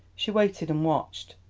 she waited and watched.